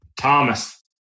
Thomas